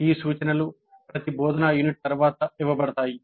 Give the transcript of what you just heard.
ఈ సూచనలు ప్రతి బోధనా యూనిట్ తర్వాత ఇవ్వబడతాయి